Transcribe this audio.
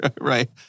Right